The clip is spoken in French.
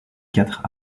quatre